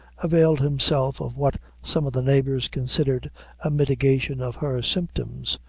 availed himself of what some of the neighbors considered a mitigation of her symptoms,